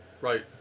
Right